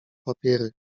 papiery